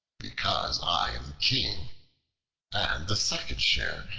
because i am king and the second share,